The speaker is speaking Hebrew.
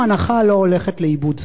שום אנחה לא הולכת לאיבוד.